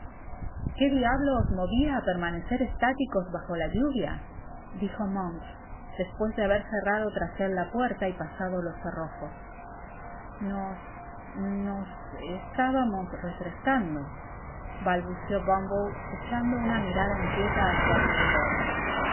qué diablo os movia á permanecer estáticos bajo la lluvia dijo monks despues de haber cerrado tras él la puerta y pajado jos cerrojos nos nos estabamos refrescando balbuceó bumble echando una mirada inquieta á su alrededor